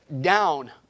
down